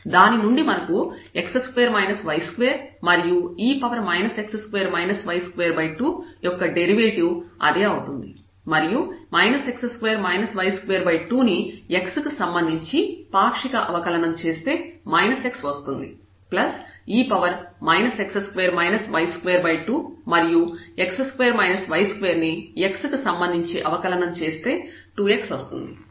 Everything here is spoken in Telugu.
దాని నుండి మనకు x2 y2 మరియు e x2 y22 యొక్క డెరివేటివ్ అదే అవుతుంది మరియు x2 y22 ని x కి సంబంధించి పాక్షిక అవకలనం చేస్తే x వస్తుంది ప్లస్ e x2 y22 మరియు x2 y2 ని x కి సంబంధించి అవకలనం చేస్తే 2x వస్తుంది